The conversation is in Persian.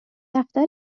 دفتر